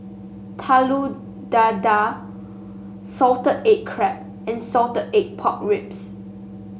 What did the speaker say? Telur Dadah Salted Egg Crab and Salted Egg Pork Ribs